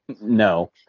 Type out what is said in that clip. No